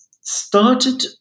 started